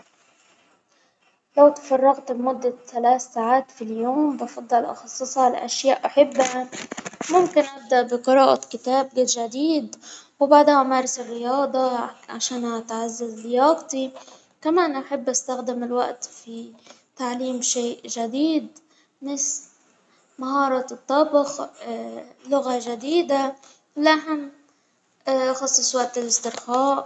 لو تفرغت لمدة ثلاث ساعات في اليوم بفضل أخصصها لأشياء أحبها، ممكن أبدأ بقراءة كتاب لجديد، وبعدها أمارس الرياضة عشان أتعزز لياقتي، طبعا أحب أستخدم الوقت في تعليم شيء جديد، مش مهارة لغة جديدة لها خصصات الاسترخاء.